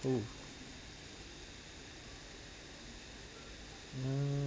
oh ah